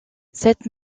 cette